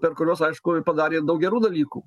per kuriuos aišku padarė daug gerų dalykų